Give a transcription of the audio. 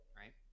Right